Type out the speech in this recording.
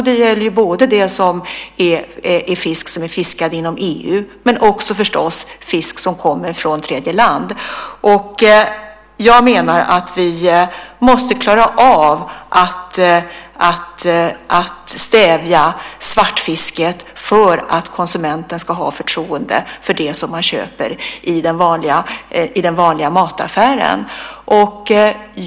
Det gäller både den fisk som är fiskad inom EU och den fisk som kommer från tredjeland. Jag menar att vi måste klara av att stävja svartfisket för att konsumenterna ska kunna ha förtroende för det som de köper i den vanliga mataffären.